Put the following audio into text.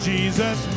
Jesus